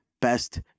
best